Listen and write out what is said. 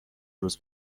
روز